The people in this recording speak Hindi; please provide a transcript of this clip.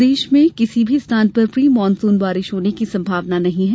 प्रदेश के किसी भी स्थान पर प्रि मानसून बारिश होने की संभावना नहीं है